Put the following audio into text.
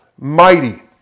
mighty